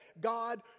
God